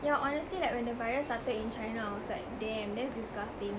yeah honestly like when the virus started in china I was like damn that is disgusting